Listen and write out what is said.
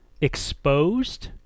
exposed